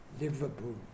Liverpool